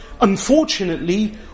unfortunately